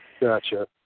Gotcha